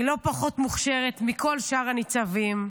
היא לא פחות מוכשרת מכל שאר הניצבים,